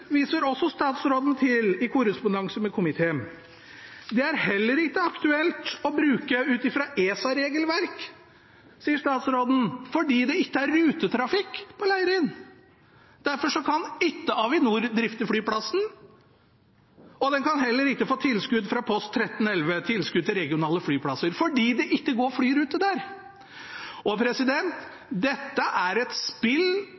viser også statsråden til i korrespondansen med komiteen. Det er det heller ikke aktuelt å bruke ut fra ESA-regelverk, sier statsråden, fordi det ikke er rutetrafikk på Leirin. Derfor kan ikke Avinor drifte flyplassen, og den kan heller ikke få tilskudd fra kap. 1311, Tilskudd til regionale flyplasser, fordi det ikke går flyrute der. Dette er et spill